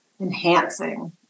enhancing